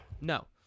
No